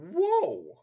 Whoa